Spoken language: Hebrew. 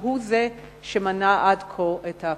שהוא זה שמנע עד כה את ההכרה.